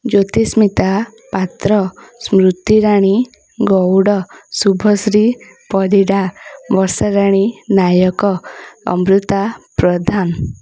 Jyotismita Patra Smritirani Gaud Subhashree Parida Barsharani Nayak Amrita Pradhan